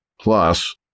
Plus